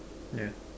yeah